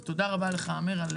אז תודה רבה לך, אמיר.